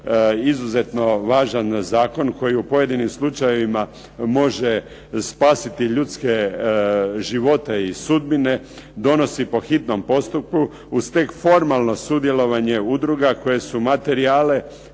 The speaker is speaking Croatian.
izuzetno važan zakon koji u pojedinim slučajevima može spasiti ljudske živote i sudbine donosi po hitnom postupku uz tek formalno sudjelovanje udruga koje su materijale